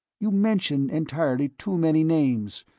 you mention entirely too many names,